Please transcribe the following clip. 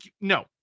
no